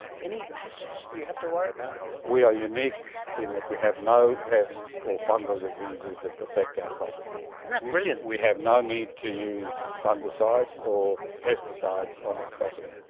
any pests that you have to worry about? we are unique in that we have no pests or fungal diseases that affect our coffee. isn't that brilliant! we have no need to use fungicides or pesticides on our coffee.